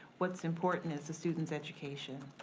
what's important is the students' education,